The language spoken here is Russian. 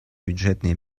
бюджетные